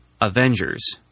Avengers